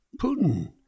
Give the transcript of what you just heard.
Putin